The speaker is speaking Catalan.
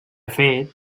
fet